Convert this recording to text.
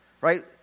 Right